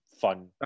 fun